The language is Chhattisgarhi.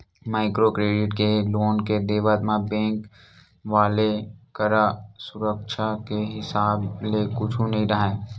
माइक्रो क्रेडिट के लोन के देवत म बेंक वाले करा सुरक्छा के हिसाब ले कुछु नइ राहय